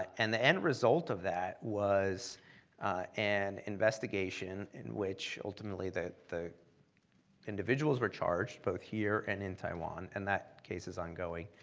and the end result of that was an investigation in which ultimately the the individuals were charged both here, and in taiwan, and that case is ongoing,